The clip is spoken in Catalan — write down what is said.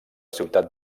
ciutat